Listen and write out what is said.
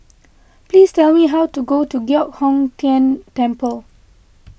please tell me how to go to Giok Hong Tian Temple